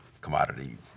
commodity